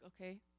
okay